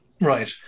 Right